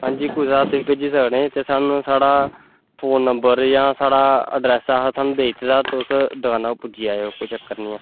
हां जी कुसै हत्थ बी भेजी सकने साढ़ा फोन नंबर जां साढ़ी अड्रैस अह् थोआनूं देई दित्ते दा तुस दकानां पर पुज्जी जाओ कोई चक्कर निं ऐ